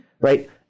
Right